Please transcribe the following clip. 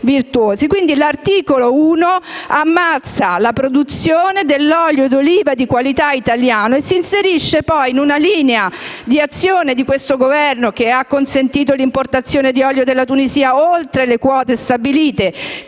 quindi, ammazza la produzione dell'olio d'oliva di qualità italiano e si inserisce nella linea di azione di questo Governo, che ha consentito l'importazione di olio della Tunisia oltre le quote stabilite,